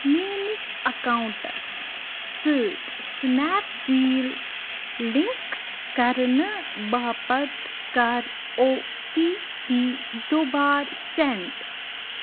میٛٲنِس اَکاوُنٛٹَس سۭتۍ Snapdeal link کَرنہٕ باپتھ کَر او ٹی پی دُبارٕ سٮ۪نٛڈ